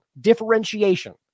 differentiation